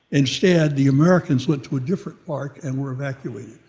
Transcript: instead, the americans went to a different park and were evacuated.